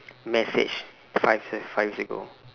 message five year five years ago